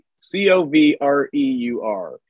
c-o-v-r-e-u-r